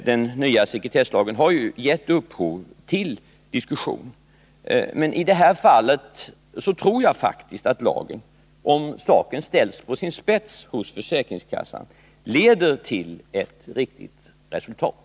Den nya sekretesslagen har ju gett upphov till diskussion. Men i det här fallet tror jag faktiskt att lagen, om saken ställs på sin spets hos försäkringskassan, leder till ett riktigt resultat.